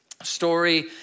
story